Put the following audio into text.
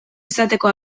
izateko